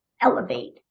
elevate